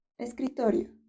Escritorio